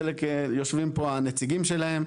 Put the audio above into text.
חלק יושבים פה הנציגים שלהם.